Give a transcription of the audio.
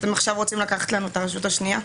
ועכשיו אתם רוצים לקחת לנו את הרשות השנייה?